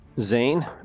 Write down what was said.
Zane